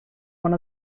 one